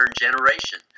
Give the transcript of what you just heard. generation